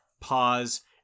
pause